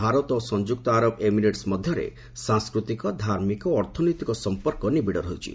ଭାରତ ଓ ସଂଯୁକ୍ତ ଆରବ ଏମିରେଟ୍ସ୍ ମଧ୍ୟରେ ସାଂସ୍କୃତିକ ଧାର୍ମିକ ଓ ଅର୍ଥନୈତିକ ସମ୍ପର୍କ ନିବିଡ଼ ରହିଛି